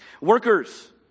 Workers